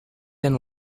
and